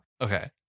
Okay